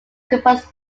composed